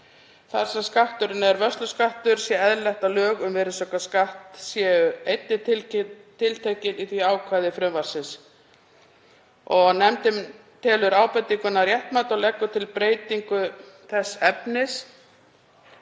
Þar sem skatturinn er vörsluskattur sé eðlilegt að lög um virðisaukaskatt séu einnig tiltekin í því ákvæði frumvarpsins. Nefndin telur ábendinguna réttmæta og leggur til breytingu þess efnis.